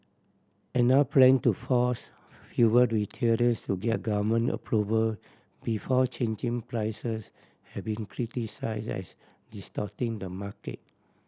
plan to force fuel retailers to get government approval before changing prices has been criticise as distorting the market